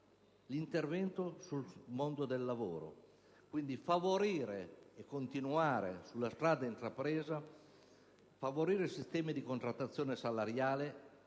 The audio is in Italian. all'intervento nel mondo del lavoro teso a favorire - continuando sulla strada intrapresa - sistemi di contrattazione salariale